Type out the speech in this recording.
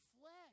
flesh